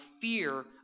fear